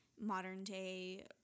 modern-day